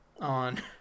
on